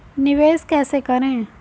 निवेश कैसे करें?